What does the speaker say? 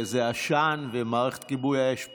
זה עשן, ומערכת כיבוי האש פועלת.